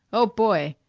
oh, boy!